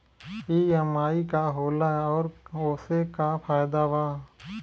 EMI का होला और ओसे का फायदा बा?